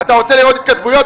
אתה רוצה לראות התכתבויות?